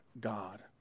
God